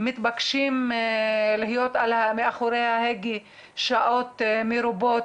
הם מתבקשים להיות מאחורי ההגה שעות מרובות,